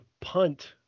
punt